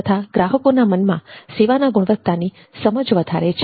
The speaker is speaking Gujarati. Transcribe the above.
તથા ગ્રાહકોના મનમાં સેવાના ગુણવત્તાની સમજ વધારે છે